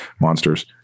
monsters